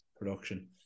production